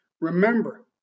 Remember